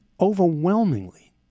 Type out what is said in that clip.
overwhelmingly